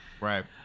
Right